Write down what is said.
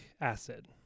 acid